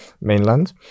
mainland